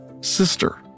sister